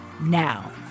Now